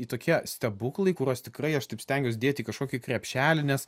tokie stebuklai kuriuos tikrai aš taip stengiuos dėti į kažkokį krepšelį nes